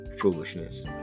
foolishness